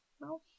no